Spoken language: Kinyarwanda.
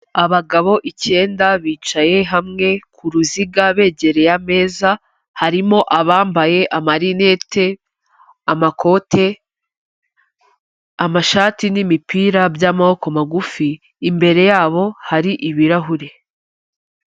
Abagabo icyenda bicaye hamwe ku ruziga begereye ameza, harimo abambaye amarinete, amakote, amashati n'imipira by'amaboko magufi, imbere yabo harimo ibirahuri.